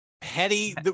petty